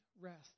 rest